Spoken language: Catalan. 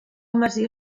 masia